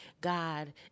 God